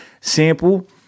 sample